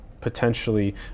potentially